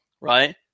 right